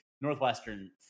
Northwestern